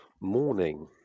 morning